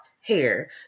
hair